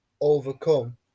overcome